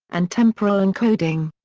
and temporal encoding.